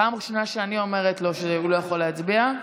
פעם ראשונה שאני אומרת לו שהוא לא יכול להצביע,